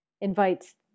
Invites